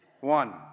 One